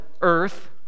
earth